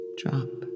drop